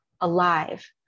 alive